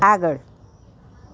આગળ